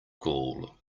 gall